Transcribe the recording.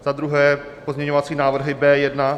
Za druhé pozměňovací návrhy B1.